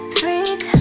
freak